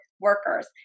workers